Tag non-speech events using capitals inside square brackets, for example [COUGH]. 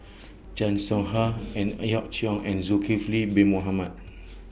[NOISE] Chan Soh Ha Ang Hiong Chiok and Zulkifli Bin Mohamed